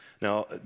Now